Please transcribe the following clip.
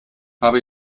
habe